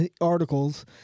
articles